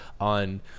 on